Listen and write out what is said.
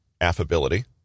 affability